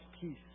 peace